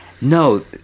No